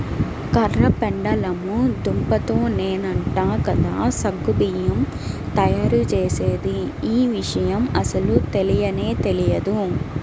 కర్ర పెండలము దుంపతోనేనంట కదా సగ్గు బియ్యం తయ్యారుజేసేది, యీ విషయం అస్సలు తెలియనే తెలియదు